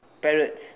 parrots